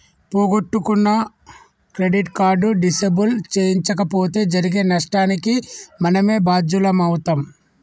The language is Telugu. పోగొట్టుకున్న క్రెడిట్ కార్డు డిసేబుల్ చేయించకపోతే జరిగే నష్టానికి మనమే బాధ్యులమవుతం